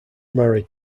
married